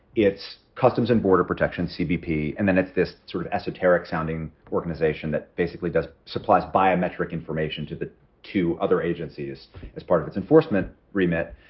its customs and border protection cbp. and then it's this sort of esoteric sounding organization that basically supplies biometric information to the two other agencies as part of its enforcement remit.